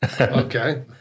Okay